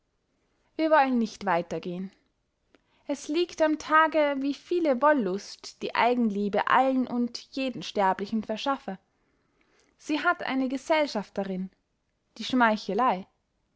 wir wollen nicht weiter gehen es liegt am tage wie viele wollust die eigenliebe allen und jeden sterblichen verschaffe sie hat eine gesellschafterinn die schmeicheley